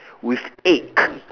with egg